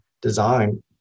design